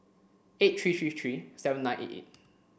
eight three three three seven nine eight eight